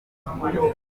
y’amavuko